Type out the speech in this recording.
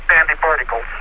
and particles.